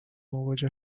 مواجه